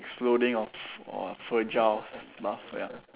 exploding of of fragile stuff ya